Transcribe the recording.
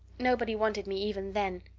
nobody wanted me even then.